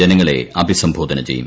ജനങ്ങളെ അഭിസംബോധന ചെയ്യും